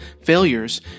failures